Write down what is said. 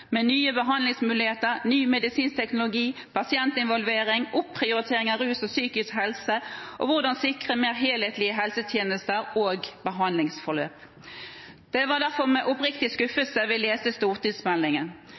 med nye behandlingsmuligheter, ny medisinsk teknologi, pasientinvolvering, prioritering av arbeidet med rus og psykisk helse, og hvordan sikre mer helhetlige helsetjenester og behandlingsforløp. Det var derfor med oppriktig